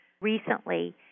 recently